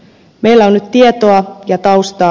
meillä on nyt tietoa ja taustaa